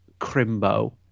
crimbo